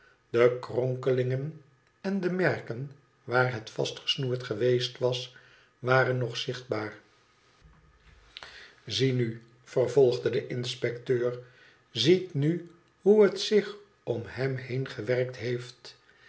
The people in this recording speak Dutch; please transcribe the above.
de kronkelingen en de merken waar het vastgesnoerd geweest was waren nog zichtbaar iziet nu vervolgde de inspecteur iziet nu hoe het zich om hem heen gewerkt heeft